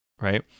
right